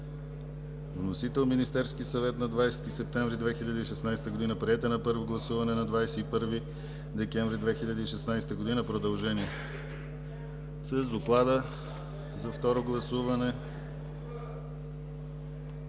Вносител е Министерският съвет на 20 септември 2016 г. Приет е на първо гласуване на 21 декември 2016 г. Продължение. С доклада за второ гласуване